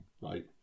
right